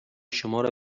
شمارا